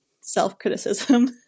self-criticism